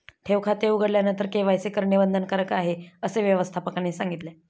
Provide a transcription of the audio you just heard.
ठेव खाते उघडल्यानंतर के.वाय.सी करणे बंधनकारक आहे, असे व्यवस्थापकाने सांगितले